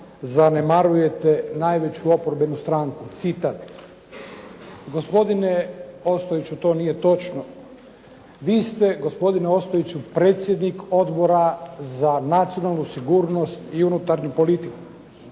zanemarujete najveću oporbenu stranku", citat. Gospodine Ostojiću, to nije točno. Vi ste gospodine Ostojiću predsjednik Odbora za nacionalnu sigurnost i unutarnju politiku.